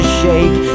shake